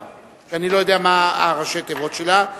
שאני לא יודע מה ראשי התיבות שלה,